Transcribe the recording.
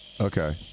Okay